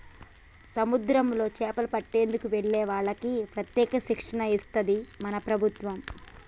సముద్రాల్లో చేపలు పట్టేందుకు వెళ్లే వాళ్లకి ప్రత్యేక శిక్షణ ఇస్తది మన ప్రభుత్వం